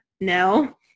No